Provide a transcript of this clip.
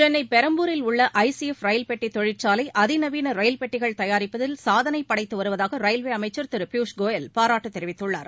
சென்னை பெரம்பூரில் உள்ள I C F ரயில்பெட்டி தொழிற்சாலை அதிநவீன ரயில்பெட்டிகள் தயாரிப்பில் சாதனை படைத்து வருவதாக ரயில்வே அமைச்சர் திரு பியூஷ் கோயல் பாராட்டு தெரிவித்துள்ளார்